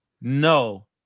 No